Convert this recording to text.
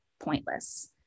pointless